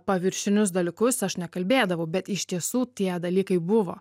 paviršinius dalykus aš nekalbėdavau bet iš tiesų tie dalykai buvo